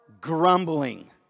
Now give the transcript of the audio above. grumbling